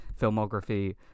filmography